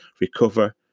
recover